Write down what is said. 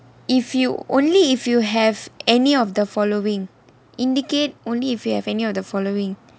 if you only if you have any of the following indicate only if you have any of the following